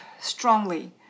strongly